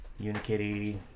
Unikitty